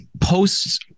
posts